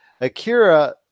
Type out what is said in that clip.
Akira